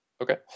Okay